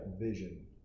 vision